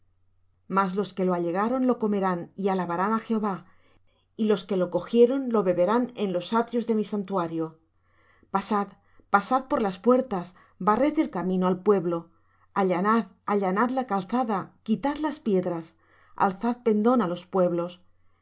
mas los que lo allegaron lo comerán y alabarán á jehová y los que lo cogieron lo beberán en los atrios de mi santuario pasad pasad por las puertas barred el camino al pueblo allanad allanad la calzada quitad las piedras alzad pendón á los pueblos